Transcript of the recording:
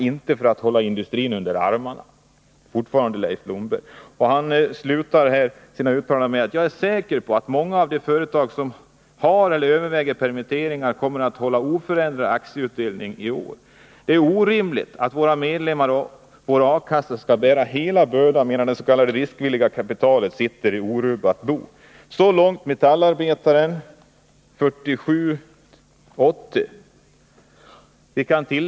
Inte för att hålla industrin under armarna.” Slutligen uttalar Leif Blomberg: ”Jag är säker på att många av de företag som har eller överväger permittering kommer att hålla oförändrad aktieutdelning i år. Det är orimligt att våra medlemmar och vår A-kassa ska bära hela bördan medan det s.k. riskvilliga kapitalet sitter i orubbat bo.” Så långt Metallarbetaren nr 47 1980.